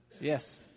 Yes